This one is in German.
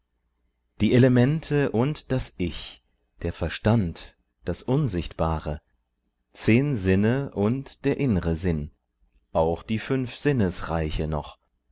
die elemente und das ich der verstand das unsichtbare zehn sinne und der inn're sinn auch die fünf sinnesreiche noch